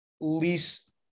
least